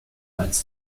als